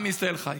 עם ישראל חי.